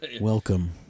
Welcome